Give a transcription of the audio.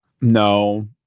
No